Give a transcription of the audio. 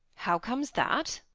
how comes that?